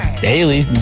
Daily